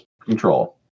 control